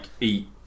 eat